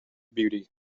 beauty